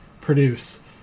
produce